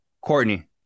Courtney